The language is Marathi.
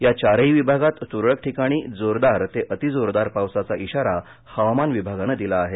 या चारही विभागात तुरळक ठिकाणी जोरदार ते अति जोरदार पावसाचा इशारा हवामान विभागानं दिला आहे